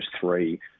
three